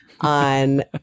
on